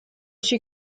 she